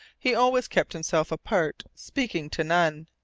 he always kept himself apart, speaking to none,